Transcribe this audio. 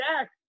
jack